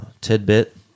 tidbit